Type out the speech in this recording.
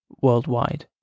worldwide